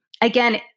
again